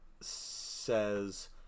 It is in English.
says